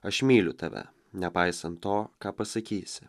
aš myliu tave nepaisant to ką pasakysi